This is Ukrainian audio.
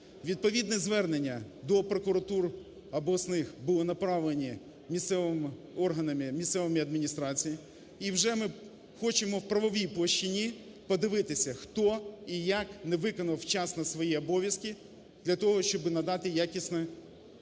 Відповідне звернення до прокуратур обласних були направлені місцевими органами, місцевими адміністраціями. І вже ми хочемо у правовій площині подивитися, хто і як не виконав вчасно свої обов'язки для того, щоб надати якісну послугу